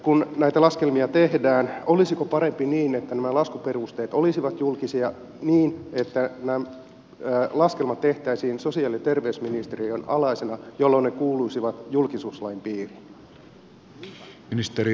kun näitä laskelmia tehdään olisiko parempi niin että nämä laskuperusteet olisivat julkisia niin että laskelmat tehtäisiin sosiaali ja terveysministeriön alaisena jolloin ne kuuluisivat julkisuuslain piiriin